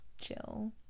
chill